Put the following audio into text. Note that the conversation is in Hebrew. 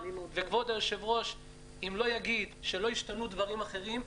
וכבוד היושב-ראש אם לא יגיד שלא ישתנו דברים אחרים,